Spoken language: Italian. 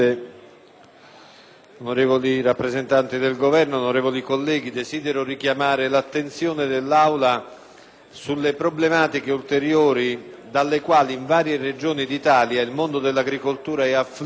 problematiche da cui, in varie Regioni d'Italia, il mondo dell'agricoltura è afflitto a seguito delle gravi avversità atmosferiche e delle copiose piogge